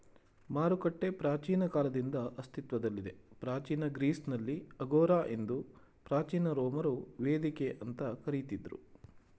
ಮಾರುಕಟ್ಟೆ ಪ್ರಾಚೀನ ಕಾಲದಿಂದ ಅಸ್ತಿತ್ವದಲ್ಲಿದೆ ಪ್ರಾಚೀನ ಗ್ರೀಸ್ನಲ್ಲಿ ಅಗೋರಾ ಎಂದು ಪ್ರಾಚೀನ ರೋಮರು ವೇದಿಕೆ ಅಂತ ಕರಿತಿದ್ರು